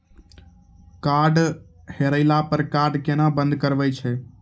Card हेरैला पर card केना बंद करबै छै?